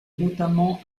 notamment